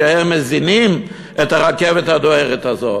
שהם מזינים את הרכבת הדוהרת הזאת,